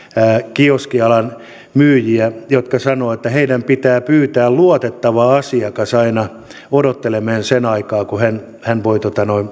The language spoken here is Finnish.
kioskialan myyjiä jotka sanovat että heidän pitää pyytää luotettava asiakas aina odottelemaan sen aikaa että hän voi